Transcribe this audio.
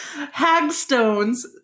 Hagstones